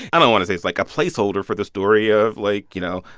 i don't want to say it's like a placeholder for the story of, like, you know,